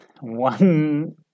One